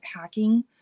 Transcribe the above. hacking